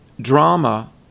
drama